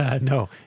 No